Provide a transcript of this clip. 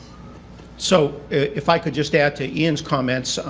so if i could just add to ian's comments,